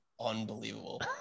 unbelievable